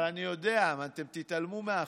אבל אני יודע, אתם תתעלמו מהחוק.